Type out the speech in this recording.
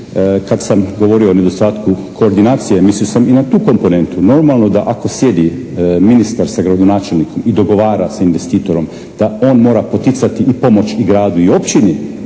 Kad sam govorio o nedostatku koordinacije mislio sam i na tu komponentu. Normalno da ako sjedi ministar sa gradonačelnikom i dogovara sa investitorom da on mora poticati i pomoć i gradu i općini